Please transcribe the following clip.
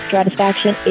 Satisfaction